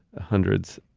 hundreds.